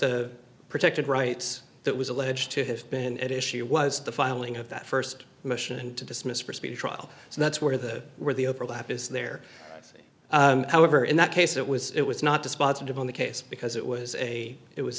the protected rights that was alleged to have been at issue was the filing of that first motion to dismiss for speedy trial so that's where the where the overlap is there however in that case it was it was not dispositive on the case because it was a it was